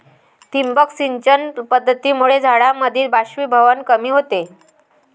ठिबक सिंचन पद्धतीमुळे झाडांमधील बाष्पीभवन कमी होते